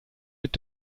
mit